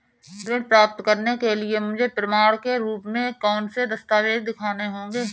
ऋण प्राप्त करने के लिए मुझे प्रमाण के रूप में कौन से दस्तावेज़ दिखाने होंगे?